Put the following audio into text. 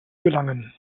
gelangen